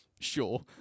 Sure